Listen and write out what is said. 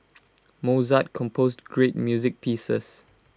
Mozart composed great music pieces